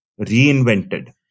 reinvented